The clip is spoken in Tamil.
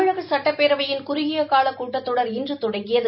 தமிழக சட்டப்பேரவையின் குறுகியகால கூட்டத்தொடர் இன்று தொடங்கியது